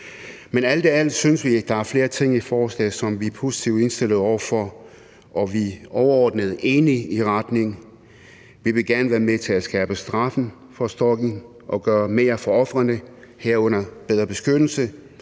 Men alt i alt synes vi, der er flere ting i forslaget, som vi er positivt indstillet over for, og vi er overordnet enige i retningen. Vi vil gerne være med til at skærpe straffen for stalking og gøre mere for ofrene, herunder give dem bedre beskyttelse.